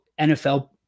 NFL